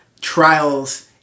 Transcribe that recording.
trials